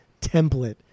template